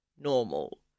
normal